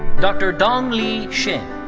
dr. donglee shin.